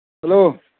hello